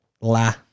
La